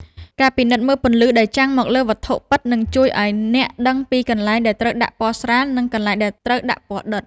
ការពិនិត្យមើលពន្លឺដែលចាំងមកលើវត្ថុពិតនឹងជួយឱ្យអ្នកដឹងពីកន្លែងដែលត្រូវដាក់ពណ៌ស្រាល និង កន្លែងដែលត្រូវដាក់ពណ៌ដិត។